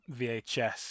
VHS